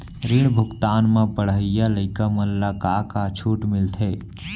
ऋण भुगतान म पढ़इया लइका मन ला का का छूट मिलथे?